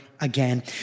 again